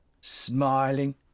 Smiling